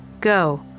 Go